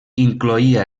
incloïa